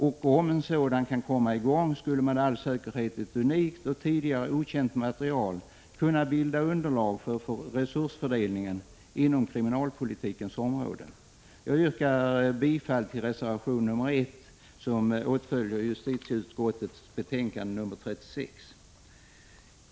Om en sådan sedan kan komma i gång, skulle med all säkerhet ett unikt och tidigare okänt material kunna bilda underlag för resursfördelningen inom kriminalpolitikens område. Jag yrkar bifall till reservation 1, som åtföljer justitieutskottets betänkande 36.